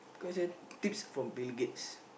cause it's a tips from Bill-Gates